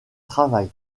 travail